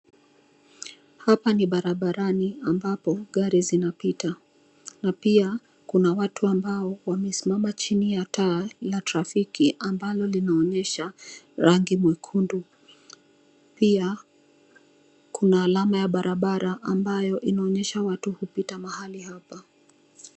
Hapa ni barabarani, ambapo gari zinapita, na pia kuna watu ambao wamesimama chini ya taa la trafiki ambalo linaonyesha rangi mwekundu. Pia, kuna alama ya barabara ambayo inaonyesha watu hupita hapa.